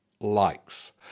likes